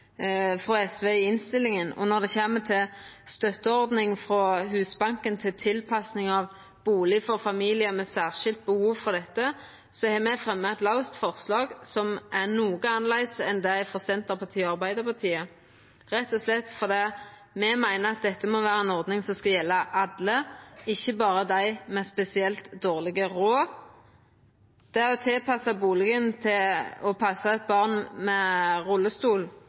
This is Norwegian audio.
frå SV i innstillinga. Når det kjem til støtteordning frå Husbanken til tilpassing av bustad for familiar med særskilt behov for dette, har me fremja eit laust forslag som er noko annleis enn det frå Senterpartiet og Arbeidarpartiet, rett og slett fordi me meiner at dette må vera ei ordning som skal gjelda alle, ikkje berre dei med spesielt dårleg råd. Det å tilpassa bustaden til eit barn med rullestol,